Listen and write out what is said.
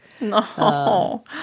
No